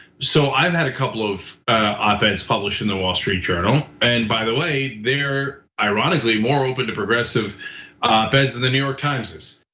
so i've had a couple of op-eds published in the wall street journal. and by the way, they're ironically more open to progressive beds in the new york times is,